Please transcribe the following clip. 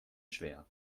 schwer